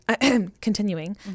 continuing